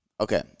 Okay